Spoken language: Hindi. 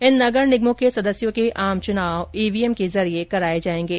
इन नगर निगमों के सदस्यों के आम चुनाव ईवीएम के जरिए कराए जाएंगे